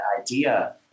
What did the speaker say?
idea